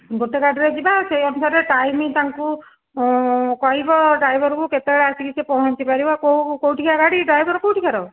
ଗୋଟିଏ ଗାଡ଼ିରେ ଯିବା ସେହି ଅନୁସାରେ ଟାଇମ୍ ତାଙ୍କୁ କହିବ ଡ୍ରାଇଭର୍କୁ କେତେବେଳେ ଆସିକି ସେ ପହଁଚି ପାରିବ କେଉଁ କେଉଁଠିକା ଗାଡ଼ି ଡ୍ରାଇଭର କେଉଁଠିକାର